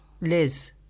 Liz